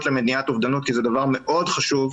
למניעת אובדנות כי זה דבר מאוד חשוב,